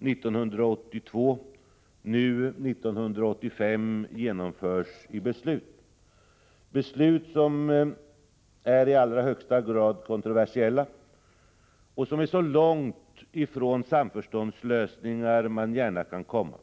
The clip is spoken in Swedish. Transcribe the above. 1982 nu 1985 leder till beslut som i allra högsta grad är kontroversiella och som är så långt från samförståndslösningar man gärna kan komma.